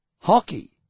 Hockey